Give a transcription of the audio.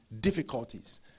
difficulties